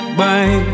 bye